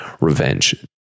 revenge